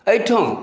एहिठाम